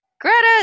Greta